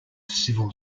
civil